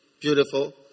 Beautiful